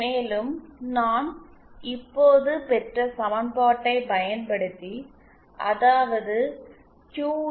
மேலும் நான் இப்போது பெற்ற சமன்பாட்டைப் பயன்படுத்தி அதாவது க்யூ